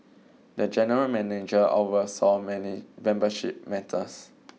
the general manager oversaw many membership matters